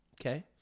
Okay